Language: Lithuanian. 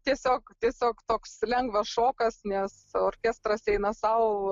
tiesiog tiesiog toks lengvas šokas nes orkestras eina sau